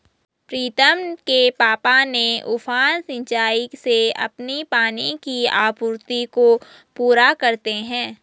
प्रीतम के पापा ने उफान सिंचाई से अपनी पानी की आपूर्ति को पूरा करते हैं